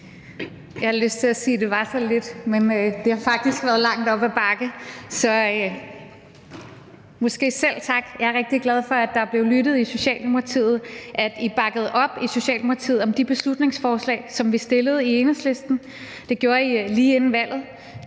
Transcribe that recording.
Jeg lyst til at sige, at det var så lidt. Men det har faktisk været meget op ad bakke – så måske selv tak. Jeg er rigtig glad for, at der blev lyttet i Socialdemokratiet, og at I i Socialdemokratiet bakkede op om de beslutningsforslag, som vi i Enhedslisten fremsatte. Det gjorde I lige inden valget.